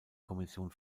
kommission